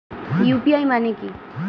UPI মানে কি?